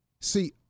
See